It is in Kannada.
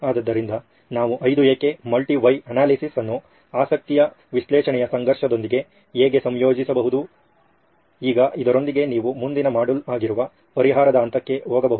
ಆದ್ದರಿಂದ ನಾವು ಐದು ಏಕೆ ಮಲ್ಟಿ ವೈ ಅನಾಲಿಸಿಸ್ ಅನ್ನು ಆಸಕ್ತಿಯ ವಿಶ್ಲೇಷಣೆಯ ಸಂಘರ್ಷದೊಂದಿಗೆ ಹೇಗೆ ಸಂಯೋಜಿಸಬಹುದು ಈಗ ಇದರೊಂದಿಗೆ ನೀವು ಮುಂದಿನ ಮಾಡ್ಯೂಲ್ ಆಗಿರುವ ಪರಿಹಾರದ ಹಂತಕ್ಕೆ ಹೋಗಬಹುದು